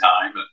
time